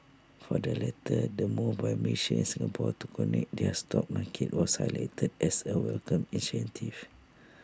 for the latter the move by Malaysia and Singapore to connect their stock markets was highlighted as A welcomed initiative